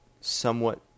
somewhat